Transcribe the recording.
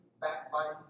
backbiting